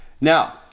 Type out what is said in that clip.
Now